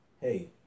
hey